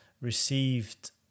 received